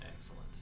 Excellent